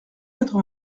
quatre